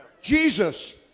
Jesus